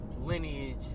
lineage